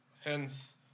hence